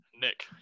Nick